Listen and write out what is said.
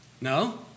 No